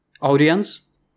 audience